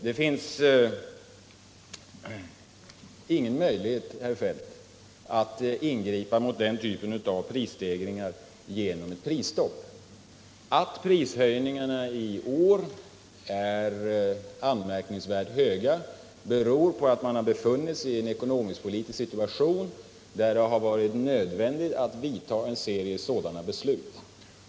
Det finns ingen möjlighet, herr Feldt, att ingripa mot den typen av prisstegringar genom ett prisstopp. Att prishöjningarna i år är anmärkningsvärt höga beror på att vi har befunnit oss i en ekonomisk-politisk situation där det varit nödvändigt att fatta en serie sådana beslut.